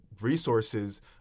resources